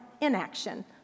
inaction